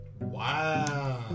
wow